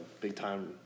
big-time